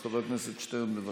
אז חבר הכנסת שטרן, בבקשה.